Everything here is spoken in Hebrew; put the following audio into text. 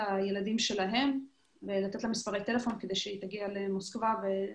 הילדים שלהם ולתת מספרי טלפונים כדי להביא אותם למישהו במוסקבה.